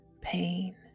pain